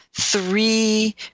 three